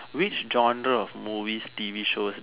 which genre of movies T_V shows